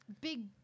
big